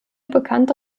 bekannte